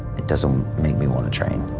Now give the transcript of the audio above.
it doesn't make me want to train.